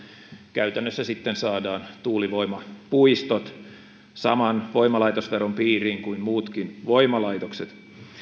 käytännössä sitten saadaan tuulivoimapuistot saman voimalaitosveron piiriin kuin muutkin voimalaitokset